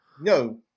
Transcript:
No